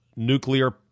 nuclear